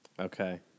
Okay